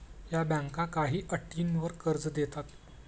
या बँका काही अटींवर कर्ज देतात